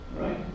right